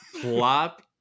Plop